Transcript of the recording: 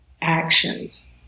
actions